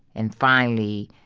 and finally,